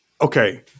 Okay